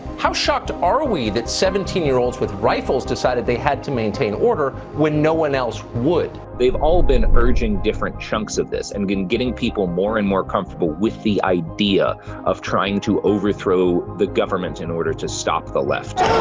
how shocked are we that seventeen year olds with rifles decided they had to maintain order when no one else would? they've all been urging different chunks of this, and getting people more and more comfortable with the idea of trying to overthrow the government in order to stop the left.